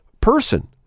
person